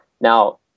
Now